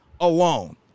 alone